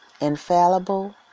infallible